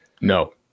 No